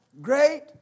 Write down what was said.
Great